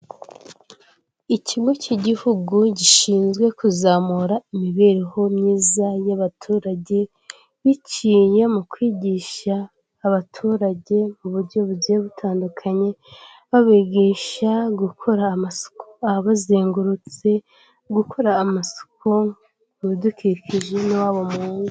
Ikigo cy'Igihugu gishinzwe kuzamura imibereho myiza y'abaturage, biciye mu kwigisha abaturage mu buryo bugiye butandukanye, babigisha gukora amasuku abazengurutse, gukora amasuku mu bidukikije n'iwabo mu ngo.